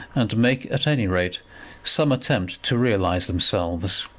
and make at any rate some attempt to realize themselves.